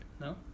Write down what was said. No